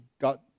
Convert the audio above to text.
got